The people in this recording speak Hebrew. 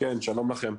שלום לכם.